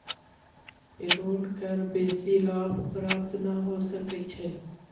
payroll कर बेशी लाभ प्राप्त न हो सकै छइ